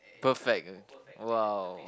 perfect uh !wow!